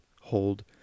hold